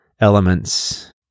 elements